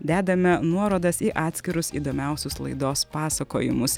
dedame nuorodas į atskirus įdomiausius laidos pasakojimus